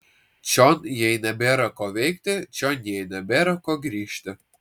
čion jai nebėra ko veikti čion jai nebėra ko grįžti